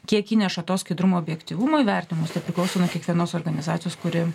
kiek įneša to skaidrumo objektyvumo į vertinimus tai priklauso nuo kiekvienos organizacijos kuri